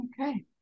Okay